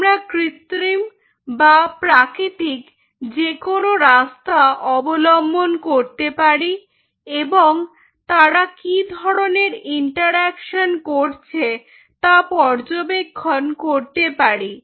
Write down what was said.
আমরা কৃত্রিম বা প্রাকৃতিক যেকোনো রাস্তা অবলম্বন করতে পারি এবং তারা কি ধরনের ইন্টারঅ্যাকশন করছে তা পর্যবেক্ষণ করতে পারি